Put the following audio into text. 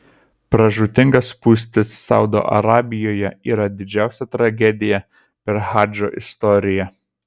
pražūtinga spūstis saudo arabijoje yra didžiausia tragedija per hadžo istoriją